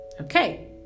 Okay